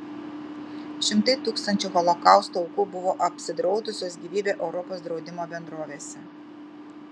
šimtai tūkstančių holokausto aukų buvo apsidraudusios gyvybę europos draudimo bendrovėse